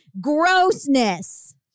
grossness